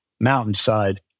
Mountainside